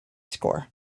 score